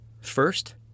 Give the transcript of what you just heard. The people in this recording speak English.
First